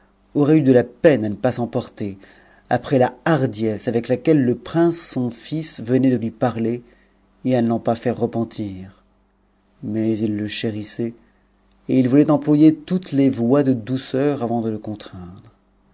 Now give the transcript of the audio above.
aurait eu de la peine à ne s'emporter après la hardiesse avec laquelle le prince son fils venait p lui parler et à ne l'en pas faire repentir mais il le chérissait et it voulait employer toutes les voies de douceur avant de le contraindre